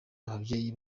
ababyeyi